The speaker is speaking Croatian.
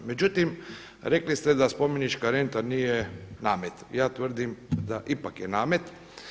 Međutim, rekli ste da spomenička renta nije namet, ja tvrdim da ipak je namet.